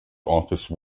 office